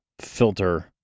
filter